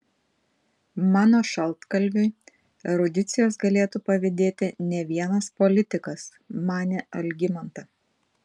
mano šaltkalviui erudicijos galėtų pavydėti ne vienas politikas manė algimanta